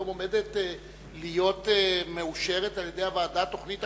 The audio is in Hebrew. היום עומדת להיות מאושרת על-ידי הוועדה תוכנית